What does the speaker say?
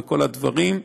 וכל הדברים.